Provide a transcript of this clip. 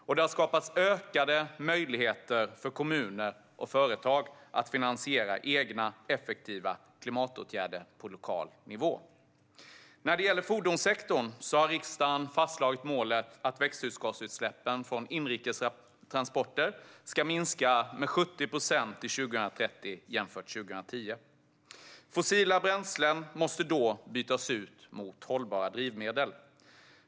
Och det har skapats ökade möjligheter för kommuner och företag att finansiera egna effektiva klimatåtgärder på lokal nivå. När det gäller fordonssektorn har riksdagen fastslagit målet att växthusgasutsläppen från inrikes transporter ska minska med 70 procent till 2030 jämfört med 2010. Fossila bränslen måste då bytas ut mot hållbara drivmedel.